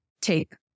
take